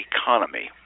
Economy